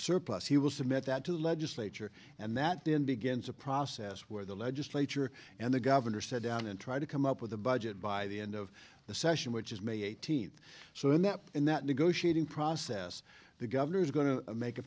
surplus he will submit that to the legislature and that then begins a process where the legislature and the governor said down and try to come up with a budget by the end of the session which is may eighteenth so in that in that negotiating process the governor is going to make a